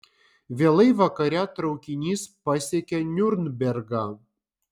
vėlai vakare traukinys pasiekia niurnbergą